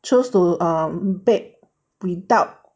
chose to um bake without